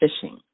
fishing